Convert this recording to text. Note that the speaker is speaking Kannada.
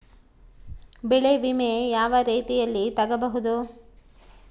ಬೆಳೆ ವಿಮೆ ಯಾವ ರೇತಿಯಲ್ಲಿ ತಗಬಹುದು?